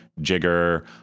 jigger